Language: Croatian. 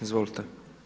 Izvolite.